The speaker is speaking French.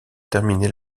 terminer